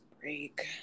break